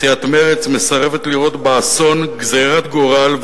סיעת מרצ מסרבת לראות באסון גזירת גורל,